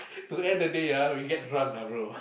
to the end of the day we get drunk ah bro